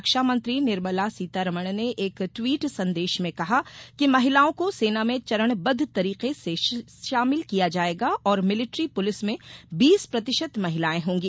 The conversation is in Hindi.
रक्षा मंत्री निर्मला सीतारमण ने एक ट्वीट संदेश में कहा कि महिलाओं को सेना में चरणबद्ध तरीके सेशामिल किया जाएगा और मिलिट्री पुलिस में बीस प्रतिशत महिलाएं होंगी